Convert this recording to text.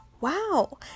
wow